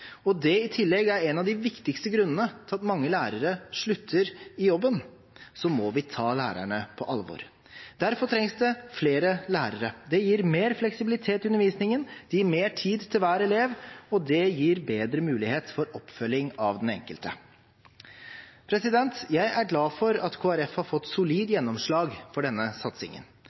og det i tillegg er en av de viktigste grunnene til at mange lærere slutter i jobben, må vi ta lærerne på alvor. Derfor trengs det flere lærere. Det gir mer fleksibilitet i undervisningen, det gir mer tid til hver elev, og det gir bedre mulighet for oppfølging av den enkelte. Jeg er glad for at Kristelig Folkeparti har fått solid gjennomslag for denne satsingen.